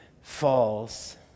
falls